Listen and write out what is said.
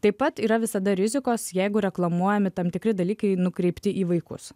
taip pat yra visada rizikos jeigu reklamuojami tam tikri dalykai nukreipti į vaikus